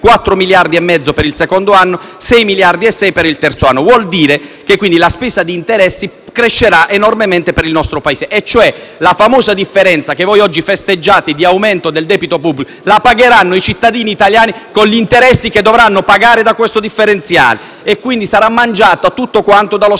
4,5 miliardi per il secondo anno e 6,6 miliardi per il terzo anno. Ciò vuol dire che la spesa di interessi crescerà enormemente per il nostro Paese. La famosa differenza, che voi oggi festeggiate, di aumento del debito pubblico la pagheranno cioè i cittadini italiani con gli interessi che dovranno pagare da questo differenziale; quindi, tutto quanto sarà